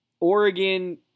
Oregon